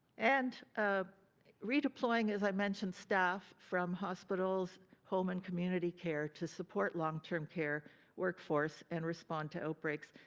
and ah redeploying, as i mentioned, staff from hospitals, home and community care to support long-term care workforce and respond to outbreaks,